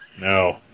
No